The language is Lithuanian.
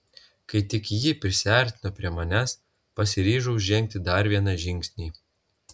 kai tik ji prisiartino prie manęs pasiryžau žengti dar vieną žingsnį